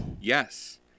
Yes